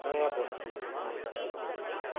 नयाँ वस्तु थप्नुहोस्